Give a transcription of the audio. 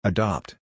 Adopt